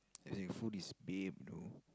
as in food is though